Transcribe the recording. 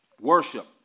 worship